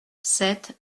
sept